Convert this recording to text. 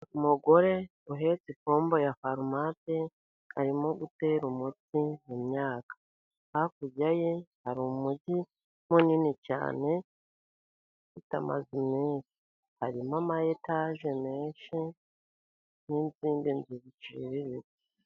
Umugore uhetse ipombo ya farumate, arimo gutera umuti imyaka. Hakurya ye hari umujyi munini cyane, amazu menshi, harimo amayetaje menshi, n'izindi nzu ziciriritse.